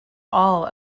all